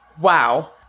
Wow